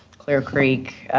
clear creek,